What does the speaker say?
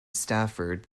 stafford